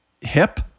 hip